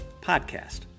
podcast